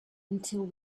until